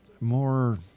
more